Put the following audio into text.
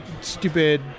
stupid